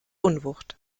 unwucht